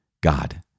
God